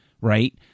Right